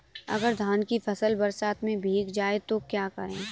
अगर धान की फसल बरसात में भीग जाए तो क्या करें?